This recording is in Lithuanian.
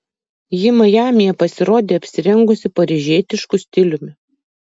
ji majamyje pasirodė apsirengusi paryžietišku stiliumi